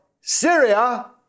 Syria